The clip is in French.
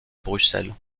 bruxelles